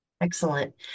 Excellent